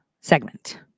segment